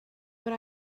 what